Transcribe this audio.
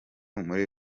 muri